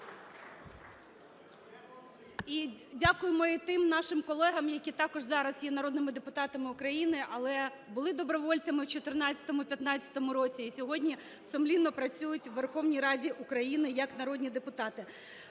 дякуємо і тим нашим колегам, які також зараз є народними депутатами України, але були добровольцями в 14-15-му році, і сьогодні сумлінно працюють у Верховній Раді України як народні депутати.